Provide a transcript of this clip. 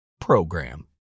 PROGRAM